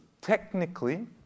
technically